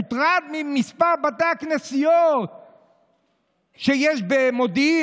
הוא מוטרד ממספר בתי הכנסיות שיש במודיעין,